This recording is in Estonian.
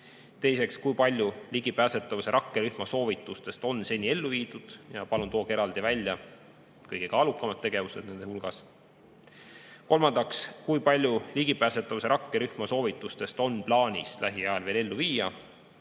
Teiseks: kui palju ligipääsetavuse rakkerühma soovitustest on seni ellu viidud? Palun tooge eraldi välja kõige kaalukamad tegevused nende hulgas. Kolmandaks: kui palju ligipääsetavuse rakkerühma soovitustest on plaanis lähiajal veel ellu viia?